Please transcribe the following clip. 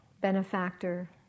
benefactor